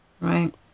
Right